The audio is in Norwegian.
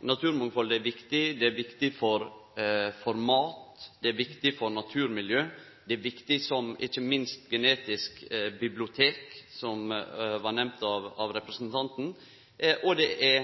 Naturmangfaldet er viktig, det er viktig for mat, det er viktig for naturmiljø, det er viktig ikkje minst som genetisk bibliotek, som blei nemnt av representanten, og det er